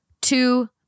Two